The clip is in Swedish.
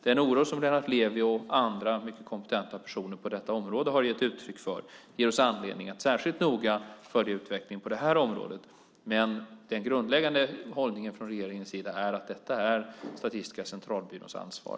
Den oro som Lennart Levi och andra mycket kompetenta personer på detta område har gett uttryck för ger oss anledning att särskilt noga följa utvecklingen på det här området. Men den grundläggande hållningen från regeringens sida är att detta är Statistiska centralbyråns ansvar.